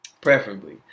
preferably